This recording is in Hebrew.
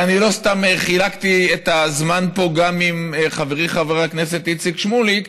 ואני לא סתם חילקתי את הזמן פה גם עם חברי חבר הכנסת איציק שמולי.